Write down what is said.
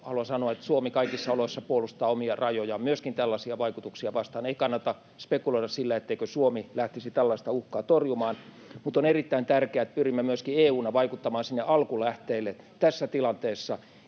haluan sanoa, että Suomi kaikissa oloissa puolustaa omia rajojaan, myöskin tällaisia vaikutuksia vastaan. Ei kannata spekuloida sillä, etteikö Suomi lähtisi tällaista uhkaa torjumaan, [Antti Lindtman: Juuri näin!] mutta on erittäin tärkeää, että pyrimme myöskin EU:na vaikuttamaan sinne alkulähteille tässä tilanteessa.